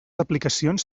aplicacions